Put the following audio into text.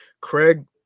craig